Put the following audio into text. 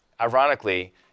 ironically